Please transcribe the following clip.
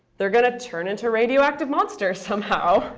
they're going to turn into radioactive monsters somehow.